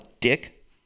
dick